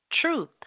truth